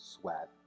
sweat